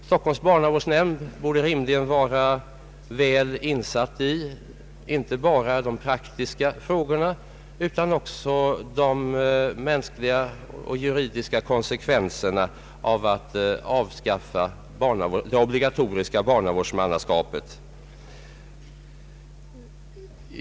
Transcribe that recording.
Stockholms stads barnavårdsnämnd borde rimligen vara väl insatt i inte bara de praktiska frågorna utan också de mänskliga och juridiska konsekvenserna av att avskaffa det obligatoriska barnavårdsmannaskapet.